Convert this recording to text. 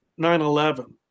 9-11